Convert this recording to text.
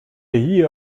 year